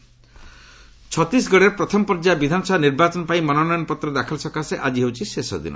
Chhattisgarh nomination ଛତିଶଗଡ଼ରେ ପ୍ରଥମ ପର୍ଯ୍ୟାୟ ବିଧାନସଭା ନିର୍ବାଚନ ପାଇଁ ମନୋନୟନ ପତ୍ର ଦାଖଲ ସକାଶେ ଆଜି ହେଉଛି ଶେଷଦିନ